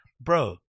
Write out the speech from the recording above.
bro